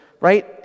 right